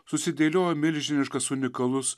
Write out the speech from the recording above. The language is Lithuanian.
susidėliojo milžiniškas unikalus